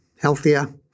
healthier